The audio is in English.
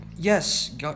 Yes